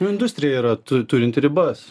industrija yra ta turinti ribas